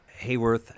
Hayworth